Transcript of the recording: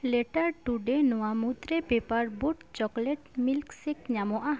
letter ᱴᱩᱰᱮ ᱱᱚᱣᱟ ᱢᱩᱫᱽᱨᱮ ᱯᱮᱯᱟᱨ ᱵᱳᱴ ᱪᱚᱠᱞᱮᱴ ᱢᱤᱞᱠᱥᱮᱠ ᱧᱟᱢᱚᱜᱼᱟ